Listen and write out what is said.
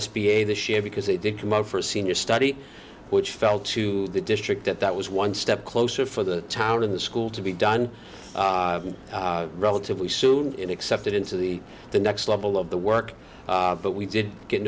b a this year because they did come up for a senior study which fell to the district that that was one step closer for the town and the school to be done relatively soon and accepted into the the next level of the work but we did get